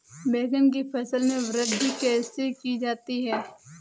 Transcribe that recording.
बैंगन की फसल में वृद्धि कैसे की जाती है?